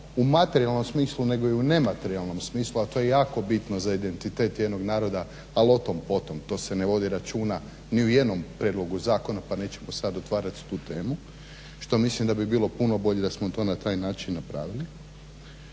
u materijalnom smislu, nego i u nematerijalnom smislu a to je jako bitno za identitet jednog naroda, ali o tom po tom. To se ne vodi računa ni u jednom prijedlogu zakona, pa nećemo sad otvarat tu temu što mislim da bi bilo puno bolje da smo to na taj način napravili.